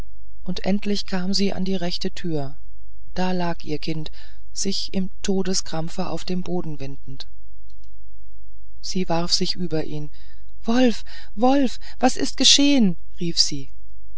und endlich kam sie in die rechte tür da lag ihr kind sich im todeskrampfe auf dem boden windend sie warf sich über ihn wolf wolf was ist geschehen rief sie